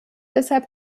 deshalb